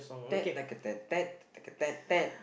ted like a ted ted like a ted ted